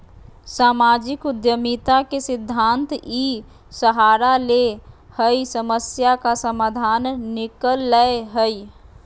सामाजिक उद्यमिता के सिद्धान्त इ सहारा ले हइ समस्या का समाधान निकलैय हइ